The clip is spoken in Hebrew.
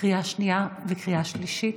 לקריאה שנייה וקריאה שלישית.